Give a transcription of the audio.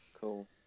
Cool